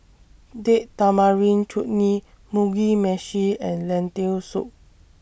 Date Tamarind Chutney Mugi Meshi and Lentil Soup